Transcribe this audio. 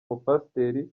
mupasiteri